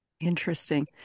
Interesting